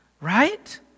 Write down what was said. right